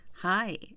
Hi